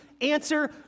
answer